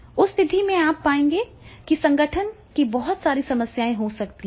उस स्थिति में आप पाएंगे कि संगठन की बहुत सारी समस्याएं हो सकती हैं